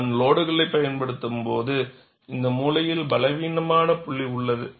நான் லோடுகளைப் பயன்படுத்தும்போது இந்த மூலையில் பலவீனமான புள்ளி உள்ளது